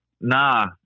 nah